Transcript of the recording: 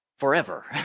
forever